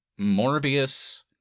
morbius